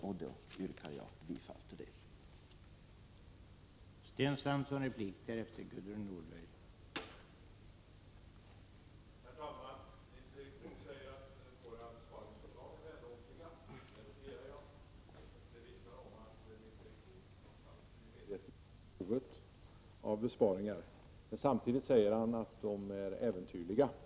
Jag yrkar bifall till utskottets hemställan.